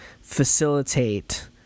facilitate